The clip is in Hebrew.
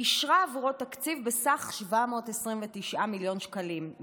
אישרה עבורו תקציב בסך 729 מיליון שקלים,